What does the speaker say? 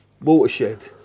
watershed